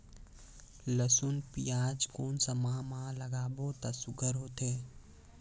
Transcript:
लसुन पियाज कोन सा माह म लागाबो त सुघ्घर होथे?